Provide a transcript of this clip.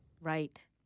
Right